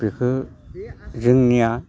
बिफोर जोंनिया